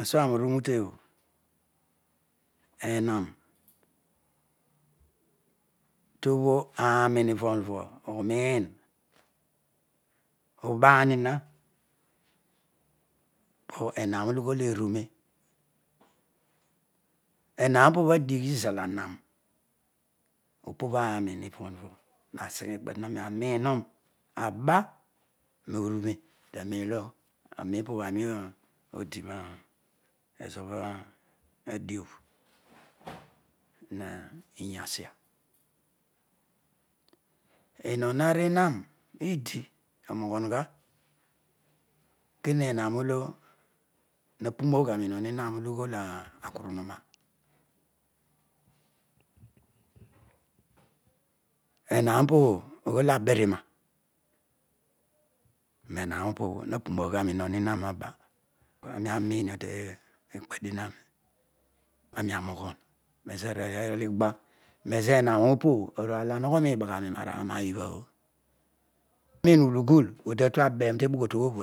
Asuo aroi uru route bho tobho aarol hivo hivo ureih ubainna poeuern olo llghool erubhe ehan opobho adegh izal ehan aroi hivo hivo haseghe ma kparidien aroi aroihoro aba perubha taroere o ho? Aroen opo bho aro: odina ezobho drabh uya asia iwon ri war eediurooghoh ughe kinehan olo hapu rough ugha roimon eharo olo ughool akorohuroa eharo opobho ughool abirioroa nehan opobho hapumoghugha roihom iham aba aro uruiijio hi kparidien aroi aroi arogho ezo awooy igha roezo eharo opobho ewu arol arogho roibagharoi roaraaroa ibhabho udugul odi tatu atolabero